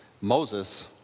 Moses